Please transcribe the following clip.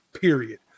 Period